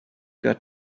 got